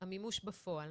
המימוש בפועל